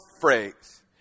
phrase